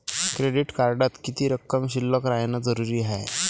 Credit कार्डात किती रक्कम शिल्लक राहानं जरुरी हाय?